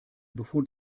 befund